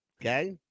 okay